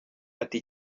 ati